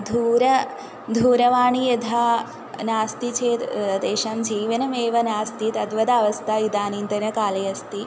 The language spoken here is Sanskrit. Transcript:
दूरं दूरवाणी यथा नास्ति चेद् तेषां जीवनमेव नास्ति तद्वद् अवस्था इदानीन्तनकाले अस्ति